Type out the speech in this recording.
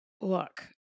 Look